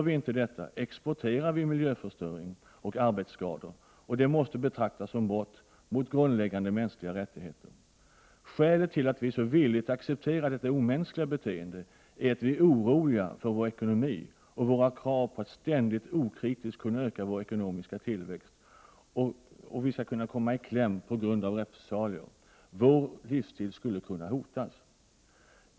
I annat fall exporterar vi miljöförstöring och arbetsskador, och det måste betraktas som brott mot grundläggande mänskliga rättigheter. Skälet till att vi så villigt accepterar detta omänskliga beteende är att vi är oroliga för vår ekonomi, för att vi inte skall kunna uppfylla kraven på att ständigt okritiskt kunna öka vår tillväxt och för att vi skall kunna komma i kläm på grund av repressalier — vår livsstil skulle kunna hotas.